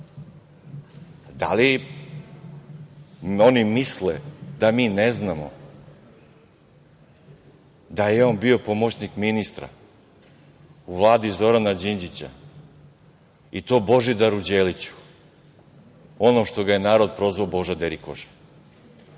Da li oni misle da mi ne znamo da je on bio pomoćnik ministra u Vladi Zorana Đinđića i to Božidaru Đeliću, onog što ga je narod prozvao Boža derikoža.